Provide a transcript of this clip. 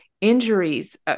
injuries